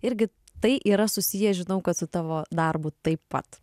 irgi tai yra susiję žinau kad su tavo darbu taip pat